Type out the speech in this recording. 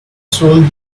sold